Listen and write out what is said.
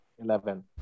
Eleven